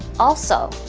also,